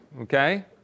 okay